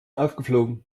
aufgeflogen